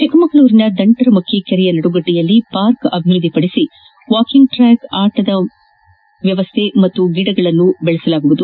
ಚಿಕ್ಕಮಗಳೂರಿನ ದಂಟರಮಕ್ಕಿ ಕೆರೆಯ ನಡುಗೆಡ್ಡೆಯಲ್ಲಿ ಪಾರ್ಕ್ ಅಭಿವೃದ್ಧಿ ಪಡಿಸಿ ವಾಕಿಂಗ್ ಟ್ರಾಕ್ ಮಕ್ಕಳ ಆಟದ ವ್ಯವಸ್ನೆ ಹಾಗೂ ಗಿಡಗಳನ್ನು ಬೆಳೆಸಲಾಗುವುದು